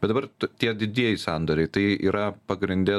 bet dabar tie didieji sandoriai tai yra pagrinde